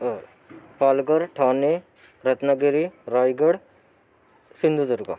Palghar Thane Ratnagiri Raigad Sindhudurg